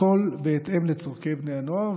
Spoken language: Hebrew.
הכול בהתאם לצורכי בני הנוער.